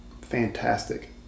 fantastic